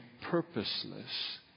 purposeless